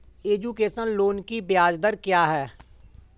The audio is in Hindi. एजुकेशन लोन की ब्याज दर क्या है?